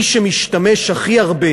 מי שמשתמש הכי הרבה